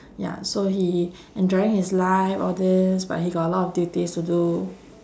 ya so he enjoying his life all this but he got a lot of duties to do